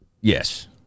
yes